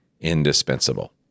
indispensable